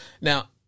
Now